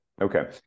okay